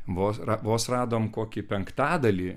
vos ra vos radom kokį penktadalį